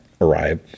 arrive